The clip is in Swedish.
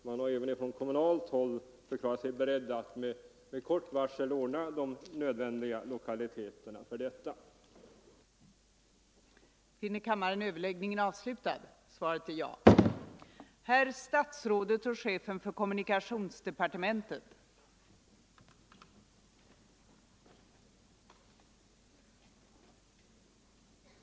Man har även från kommunalt håll förklarat sig beredd att med kort varsel ordna de nödvändiga lokaliteterna för detta ändamål.